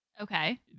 Okay